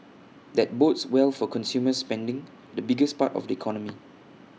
that bodes well for consumer spending the biggest part of the economy